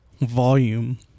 volume